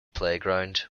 playground